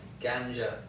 ganja